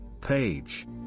page